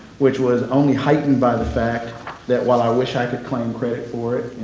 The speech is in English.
which was only heightened by the fact that while i wish i could claim credit for it,